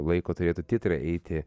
laiko turėtų titrai eiti